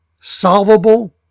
solvable